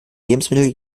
lebensmittel